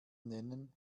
nennen